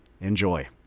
Enjoy